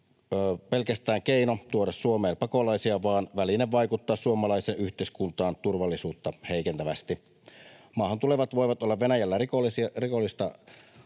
pelkästään keino tuoda Suomeen pakolaisia vaan väline vaikuttaa suomalaiseen yhteiskuntaan turvallisuutta heikentävästi. Maahan tulevat voivat olla Venäjällä rikollista